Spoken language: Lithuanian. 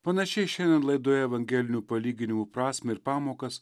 panašiai šiandien laidoje evangelinių palyginimų prasmę ir pamokas